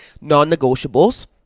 non-negotiables